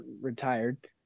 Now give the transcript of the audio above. retired